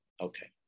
Okay